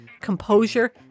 composure